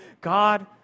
God